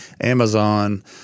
Amazon